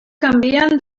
canvien